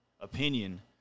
opinion